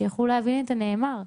שיוכלו להבין את הנאמר.